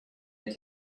into